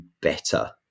better